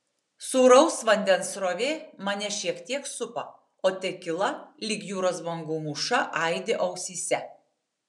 sūraus vandens srovė mane šiek tiek supa o tekila lyg jūros bangų mūša aidi ausyse